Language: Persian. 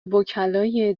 وکلای